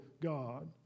God